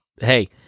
hey